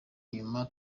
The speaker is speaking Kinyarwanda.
nyuma